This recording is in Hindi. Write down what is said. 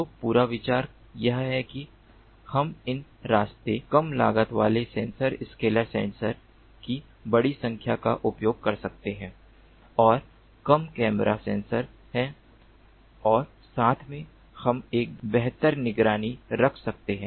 तो पूरा विचार यह है कि हम इन सस्ते कम लागत वाले सेंसर स्केलर सेंसर की बड़ी संख्या का उपयोग कर सकते हैं और कम कैमरा सेंसर हैं और साथ में हम एक बेहतर निगरानी रख सकते हैं